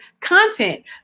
content